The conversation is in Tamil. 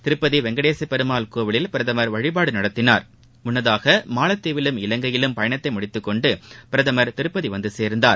திருப்பதிவெங்கடேசபெருமாள் கோவிலில் பிரதமர் வழிபாடுநடத்தினார் முன்னதாகமாலத்தீவிலும் இலங்கையிலும் பயணத்தைமுடித்துகொண்டுபிரதமர் திருப்பதிவந்தார்